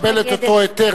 כי היא תקבל את אותו היתר,